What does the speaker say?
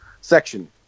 section